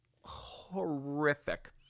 horrific